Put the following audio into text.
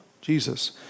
Jesus